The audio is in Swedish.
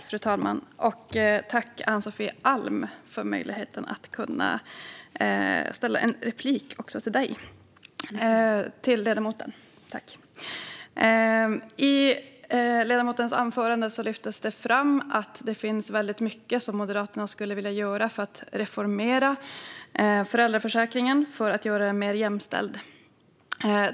Fru talman! Tack, Ann-Sofie Alm, för möjligheten att ställa några frågor i en replik! I ledamotens anförande lyftes fram att det finns väldigt mycket som Moderaterna skulle vilja göra för att reformera föräldraförsäkringen och göra den mer jämställd.